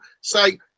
say